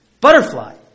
butterfly